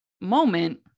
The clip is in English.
moment